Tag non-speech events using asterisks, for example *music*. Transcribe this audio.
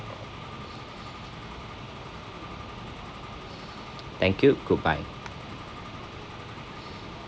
*breath* thank you goodbye *breath*